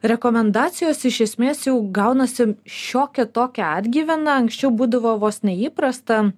rekomendacijos iš esmės jau gaunasi šiokia tokia atgyvena anksčiau būdavo vos ne įprasta